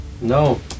No